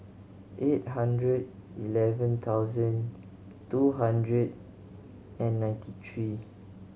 eight hundred eleven thousand two hundred and ninety three